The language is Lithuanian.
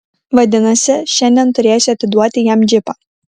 vadinasi šiandien turėsiu atiduoti jam džipą